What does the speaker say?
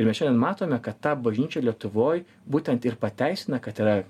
ir mes šiandien matome kad ta bažnyčia lietuvoj būtent ir pateisina kad yra